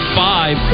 five